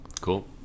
Cool